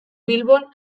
bilbon